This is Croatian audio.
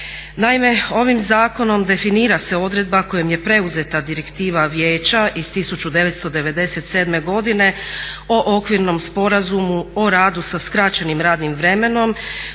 ovim zakonom definira se odredba kojom je preuzeta Direktiva Vijeća iz 1997. godine o okvirnom sporazumu o radu sa skraćenim radnim vremenom